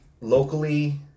Locally